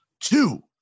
two